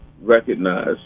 recognize